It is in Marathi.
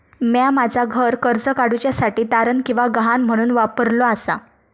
म्या माझा घर कर्ज काडुच्या साठी तारण किंवा गहाण म्हणून वापरलो आसा